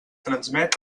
transmet